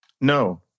No